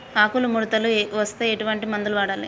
ఆకులు ముడతలు వస్తే ఎటువంటి మందులు వాడాలి?